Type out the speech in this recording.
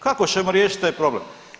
Kako ćemo riješiti taj problem?